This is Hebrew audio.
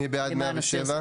מי בעד הסתייגות 107?